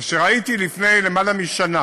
וכשראיתי לפני למעלה משנה